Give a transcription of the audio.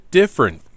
different